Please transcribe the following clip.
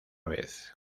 vez